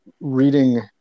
reading